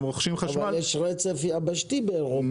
אבל יש רצף יבשתי באירופה.